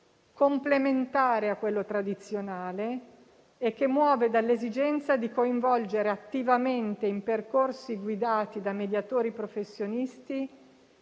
complementare a quello tradizionale e che muove dall'esigenza di coinvolgere attivamente in percorsi guidati da mediatori professionisti